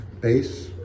base